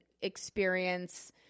experience